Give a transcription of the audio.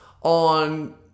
on